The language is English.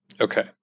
okay